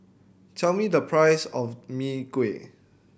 tell me the price of Mee Kuah